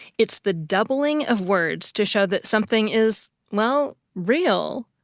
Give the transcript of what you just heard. it's the doubling of words to show that something is, well, real.